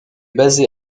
basée